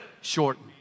Shortened